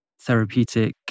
therapeutic